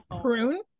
prune